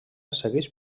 segueix